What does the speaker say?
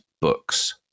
books